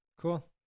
Cool